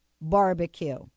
barbecue